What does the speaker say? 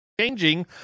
changing